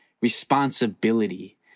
responsibility